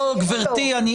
גברתי,